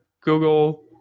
Google